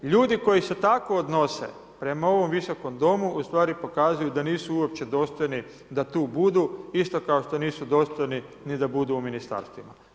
Ljudi koji se tako odnose prema ovom visokom domu, u stvari pokazuju da nisu uopće dostojni da tu budu, isto kao što nisu dostojni ni da budu u ministarstvima.